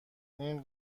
این